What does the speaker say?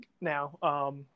now